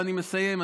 ואני מסיים,